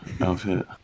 outfit